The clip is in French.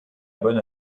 bonne